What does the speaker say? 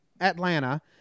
Atlanta